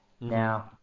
now